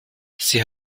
sie